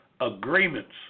agreements